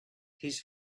his